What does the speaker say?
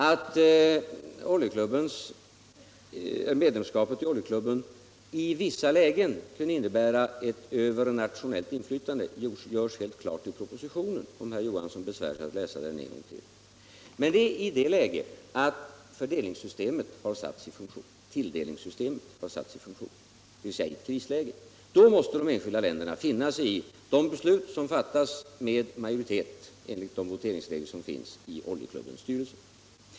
Att medlemskapet i Oljeklubben i vissa lägen kan innebära ett övernationellt inflytande görs helt klart i propositionen — det finner herr Johansson om han gör sig besväret att läsa den en gång till. Men det är i det läget att tilldelningssystemet har satts i funktion, dvs. i ett krisläge. Då måste de enskilda länderna finna sig i de beslut som fattas med majoritet enligt de voteringsregler som finns i Oljeklubbens styrelse.